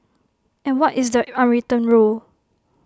and what is the unwritten rule